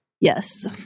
Yes